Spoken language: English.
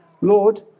Lord